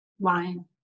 line